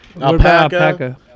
Alpaca